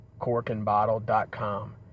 Corkandbottle.com